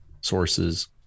sources